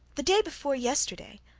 the day before yesterday,